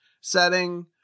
setting